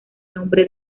nombre